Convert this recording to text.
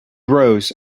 rose